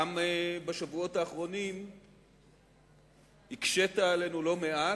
גם בשבועות האחרונים הקשית עלינו לא מעט,